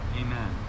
amen